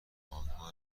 آنها